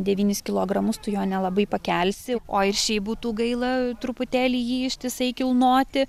devynis kilogramus tu jo nelabai pakelsi o ir šiaip būtų gaila truputėlį jį ištisai kilnoti